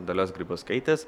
dalios grybauskaitės